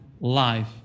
life